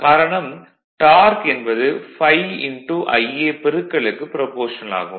காரணம் டார்க் என்பது ∅Ia பெருக்கலுக்கு ப்ரபோஷனல் ஆக இருக்கும்